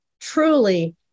truly